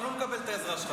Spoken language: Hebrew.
אני לא מקבל את העזרה שלך.